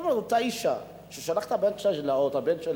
אותה אשה ששולחת את הבן שלה,